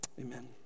amen